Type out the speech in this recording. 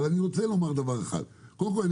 אני רוצה לומר דבר אחד קודם כול.